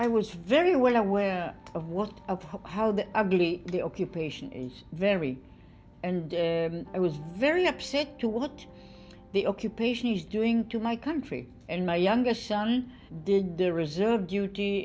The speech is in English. i was very well aware of what how the ugly the occupation is very and i was very upset to what the occupation is doing to my country and my youngest son did the reserve duty